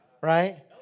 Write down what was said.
right